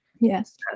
Yes